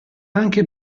anche